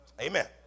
Amen